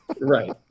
Right